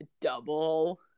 double